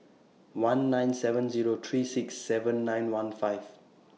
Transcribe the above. one nine seven Zero three six seven nine one five